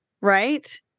right